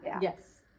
Yes